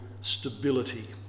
stability